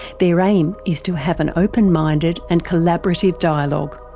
their aim is to have an open-minded and collaborative dialogue.